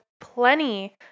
plenty